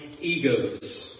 egos